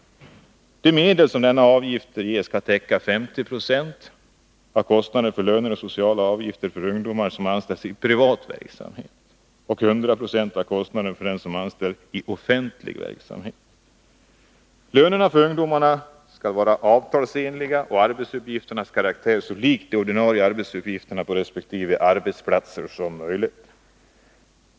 De medel som denna avgift ger skall täcka 50 26 av kostnaderna för löner och sociala avgifter för de ungdomar som anställts i privat verksamhet och 100 90 av kostnaderna för dem som anställts i offentlig verksamhet. Lönerna för ungdomarna skall vara avtalsenliga och arbetsuppgifternas karaktär så lik de ordinarie arbetsuppgifterna på resp. arbetsplatser som möjligt.